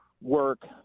work